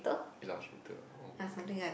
Illustrator oh okay